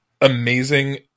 amazing